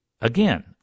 again